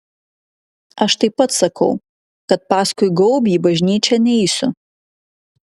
aš taip pat sakau kad paskui gaubį į bažnyčią neisiu